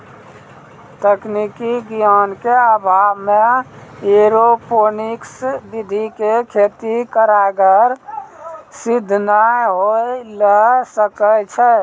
तकनीकी ज्ञान के अभाव मॅ एरोपोनिक्स विधि के खेती कारगर सिद्ध नाय होय ल सकै छो